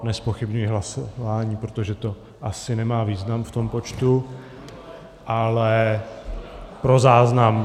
Nezpochybňuji hlasování, protože to asi nemá význam v tom počtu, ale pro záznam.